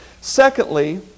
Secondly